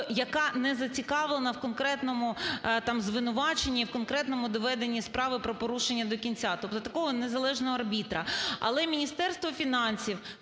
яка не зацікавлена в конкретному звинуваченні і в конкретному доведенні справи про порушення до кінця, тобто такого незалежного арбітра. Але Міністерство фінансів,